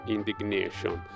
Indignation